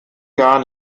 jahren